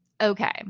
Okay